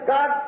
God